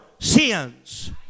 sins